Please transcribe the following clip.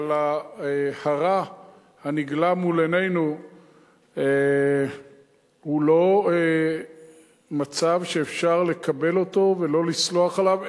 אבל הרע הנגלה מול עינינו הוא לא מצב שאפשר לקבל אותו ולא לסלוח עליו,